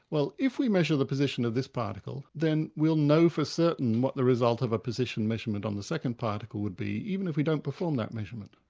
well if we measure the position of this particle, then we'll know for certain what the result of a position measurement on the second particle would be, even if we don't perform that measurement.